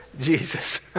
Jesus